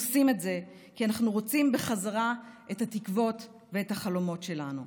עושים את זה כי אנחנו רוצים בחזרה את התקוות והחלומות שלנו".